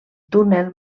túnel